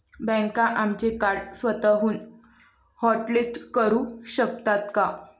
बँका आमचे कार्ड स्वतःहून हॉटलिस्ट करू शकतात का?